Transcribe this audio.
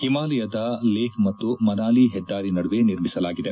ಹಿಮಾಲಯದ ಲೇಪ್ ಮತ್ತು ಮನಾಲಿ ಹೆದ್ದಾರಿ ನಡುವೆ ನಿರ್ಮಿಸಲಾಗಿದೆ